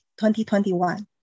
2021